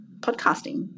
podcasting